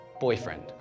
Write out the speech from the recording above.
boyfriend